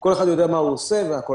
כל אחד יודע מה הוא עושה והכול.